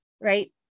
right